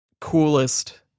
coolest